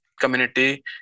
community